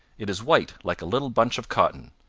it is white like a little bunch of cotton,